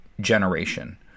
generation